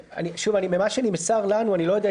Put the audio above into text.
שוב, ממה שנמסר לנו, אני לא יודע.